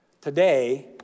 Today